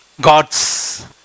God's